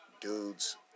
Dudes